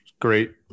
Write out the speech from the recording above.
Great